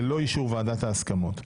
ללא אישור ועדת ההסכמות.